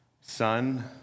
son